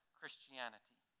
Christianity